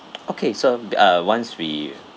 okay so uh once we